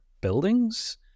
buildings